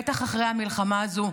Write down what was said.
בטח אחרי המלחמה הזו,